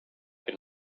been